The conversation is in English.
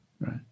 right